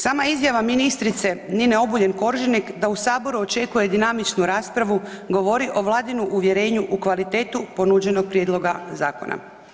Sama izjava ministrice Nine Obuljen Koržinek da u Saboru očekuje dinamičnu raspravu govori o Vladinu uvjerenju u kvalitetu ponuđenog Prijedloga zakona.